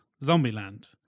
Zombieland